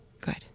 Good